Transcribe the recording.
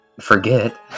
forget